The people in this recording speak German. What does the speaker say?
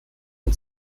und